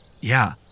Yeah